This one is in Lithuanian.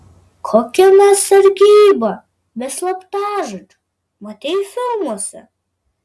kokia mes sargyba be slaptažodžių matei filmuose